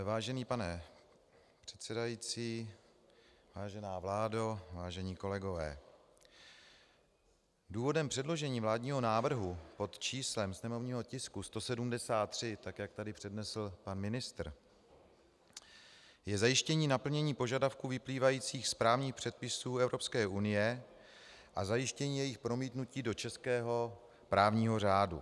Vážený pane předsedající, vážená vládo, vážení kolegové, důvodem předložení vládního návrhu pod číslem sněmovního tisku 173, tak jak tady přednesl pan ministr, je zajištění naplnění požadavků vyplývajících z právních předpisů EU a zajištění jejich promítnutí do českého právního řádu.